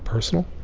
personal,